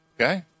Okay